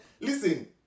Listen